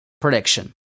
prediction